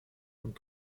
und